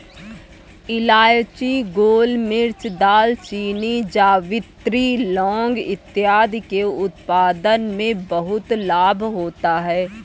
इलायची, गोलमिर्च, दालचीनी, जावित्री, लौंग इत्यादि के उत्पादन से बहुत लाभ होता है